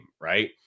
Right